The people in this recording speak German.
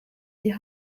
die